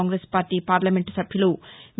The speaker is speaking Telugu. కాంగ్రెస్ పార్టీ పార్లమెంటు సభ్యులు వి